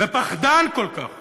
ופחדן כל כך